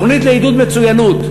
תוכנית לעידוד מצוינות,